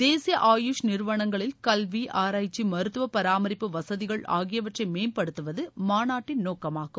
தேசிய ஆயுஷ் நிறுவனங்களில் கல்வி ஆராய்ச்சி மருத்துவ பராமிப்பு வசதிகள் ஆகியவற்றை மேம்படுத்துவது மாநாட்டின் நோக்கமாகும்